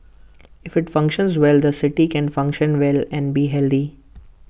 if IT functions well the city can function well and be